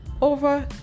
over